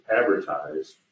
advertise